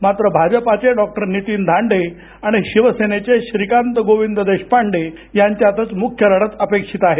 मात्र भाजपाचे डॉक्टर नीतीन धांडे आणि शिवसेनेचे श्रीकांत गोविंद देशपांडे यांच्यातच मुख्य लढत अपेक्षित आहे